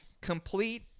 Complete